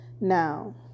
Now